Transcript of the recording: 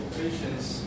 patients